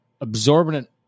absorbent